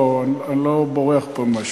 אני לא בורח פה ממשהו.